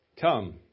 come